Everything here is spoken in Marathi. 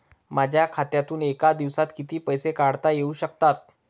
माझ्या खात्यातून एका दिवसात किती पैसे काढता येऊ शकतात?